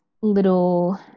little